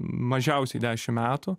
mažiausiai dešim metų